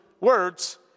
words